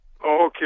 Okay